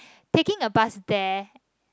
taking a bus there